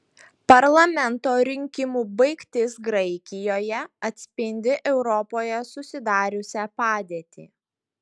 parlamento rinkimų baigtis graikijoje atspindi europoje susidariusią padėtį